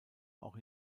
auch